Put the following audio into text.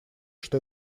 что